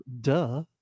Duh